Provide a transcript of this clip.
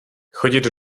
chodit